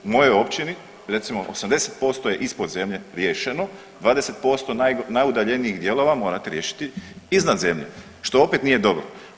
U mojoj općini recimo 80% recimo je ispod zemlje riješeno, 20% najudaljenijih dijelova morate riješiti iznad zemlje što opet nije dobro.